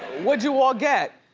what'd you all get?